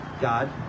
God